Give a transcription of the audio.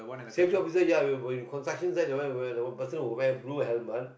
safety officer ya whe~ when construction site that one you wear the one person who wear blue helmet